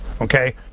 Okay